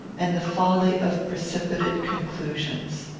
and the folly of precipitate conclusions.